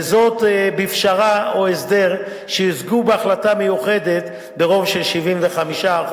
וזאת בפשרה או הסדר שהושגו בהחלטה מיוחדת ברוב של 75%,